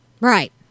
Right